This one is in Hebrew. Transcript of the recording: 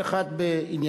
כל אחד בעניינו,